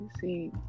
see